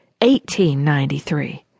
1893